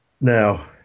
now